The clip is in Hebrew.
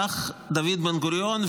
כך דוד בן-גוריון,